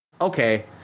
okay